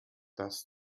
dass